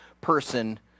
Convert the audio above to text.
person